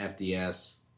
FDS